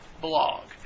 blog